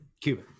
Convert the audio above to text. cuba